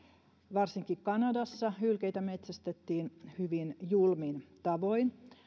varsinkin kanadassa hylkeitä metsästettiin hyvin julmin tavoin